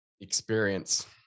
experience